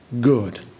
good